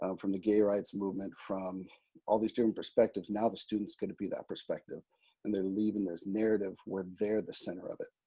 um from the gay rights movement, from all these different perspectives. now the students are going to be that perspective and they're leaving this narrative where they're the center of it.